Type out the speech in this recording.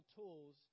tools